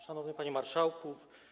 Szanowny Panie Marszałku!